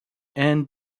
and